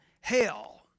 hell